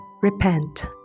Repent